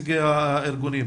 נציג האוצר.